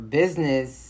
business